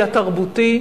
אלא תרבותי,